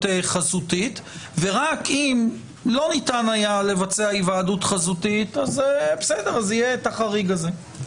חזותית ורק אם לא ניתן היה לבצע היוועדות חזותית - יהיה החריג הזה.